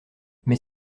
mais